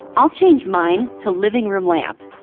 i'll change mine to living room lamp.